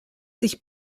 sich